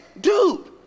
dude